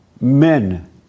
men